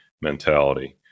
mentality